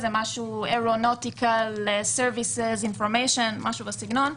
שזהAeronautical Services Information או משהו בסגנון.